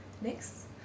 next